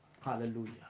Hallelujah